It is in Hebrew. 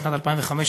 בשנת 2005,